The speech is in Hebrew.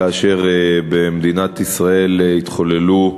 כאשר במדינת ישראל התחוללו,